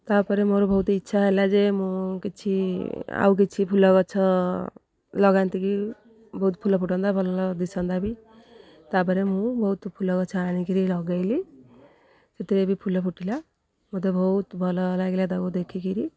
ତା'ପରେ ମୋର ବହୁତ ଇଚ୍ଛା ହେଲା ଯେ ମୁଁ କିଛି ଆଉ କିଛି ଫୁଲ ଗଛ ଲଗାନ୍ତି କି ବହୁତ ଫୁଲ ଫୁଟନ୍ତା ଭଲ ଦିଶନ୍ତା ବି ତା'ପରେ ମୁଁ ବହୁତ ଫୁଲ ଗଛ ଆଣିକରି ଲଗାଇଲି ସେଥିରେ ବି ଫୁଲ ଫୁଟିଲା ମୋତେ ବହୁତ ଭଲ ଲାଗିଲା ତାକୁ ଦେଖିକରି